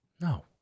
no